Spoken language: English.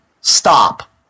Stop